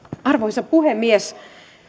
arvoisa puhemies